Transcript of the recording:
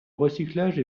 recyclage